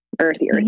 Earthy